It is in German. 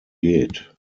geht